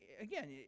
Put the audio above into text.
again